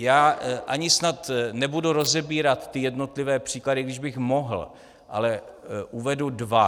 Já ani snad nebudu rozebírat ty jednotlivé příklady, i když bych mohl, ale uvedu dva.